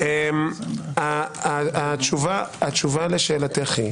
אז אני קורא אותך לסדר.